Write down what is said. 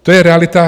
To je realita.